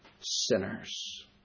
sinners